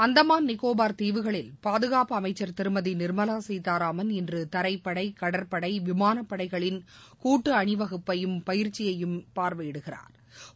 அந்தமான் நிக்கோபாா் நீவுகளில் பாதுகாப்பு அமைச்சா் திருமதிநிா்மலாசீதாராமன் இன்றுதரைப்படை கடற்படை விமானப்படைகளின் கூட்டுஅணிவகுப்பையும் பயிற்சியையும் இன்றுபாாவையிடுகிறாா்